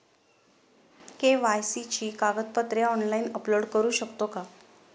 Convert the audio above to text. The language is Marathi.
के.वाय.सी ची कागदपत्रे ऑनलाइन अपलोड करू शकतो का?